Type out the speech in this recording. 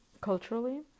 culturally